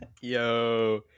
Yo